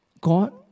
God